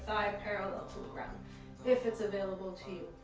parallel to the ground if it's available to you.